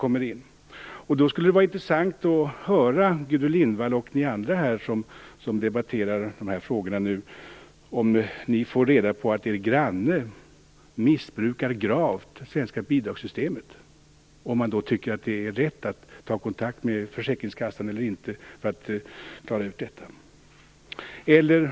Det skulle vara intressant att höra vad Gudrun Lindvall och ni andra som debatterar dessa frågor nu skulle göra om ni fick reda på att er granne gravt missbrukar det svenska bidragssystemet. Tycker ni då att det är rätt att ta kontakt med försäkringskassan för att klara ut detta eller inte?